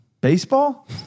Baseball